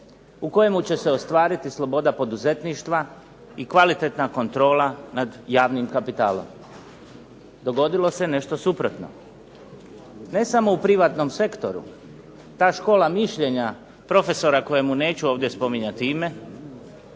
u kojemu će se ostvariti sloboda poduzetništva i kvalitetna kontrola nad javnim kapitalom. Dogodilo se nešto suprotno, ne samo u privatnom sektoru. Ta škola mišljenja profesora kojemu neću ovdje spominjati ime,